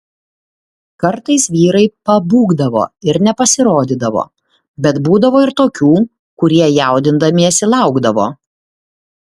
kartais vyrai pabūgdavo ir nepasirodydavo bet būdavo ir tokių kurie jaudindamiesi laukdavo